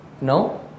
No